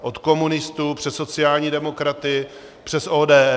Od komunistů přes sociální demokraty, přes ODS.